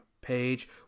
page